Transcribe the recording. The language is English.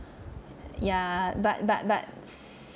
ya but but but